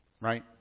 Right